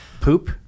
poop